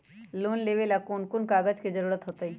Loan लेवेला कौन कौन कागज के जरूरत होतई?